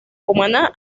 cumaná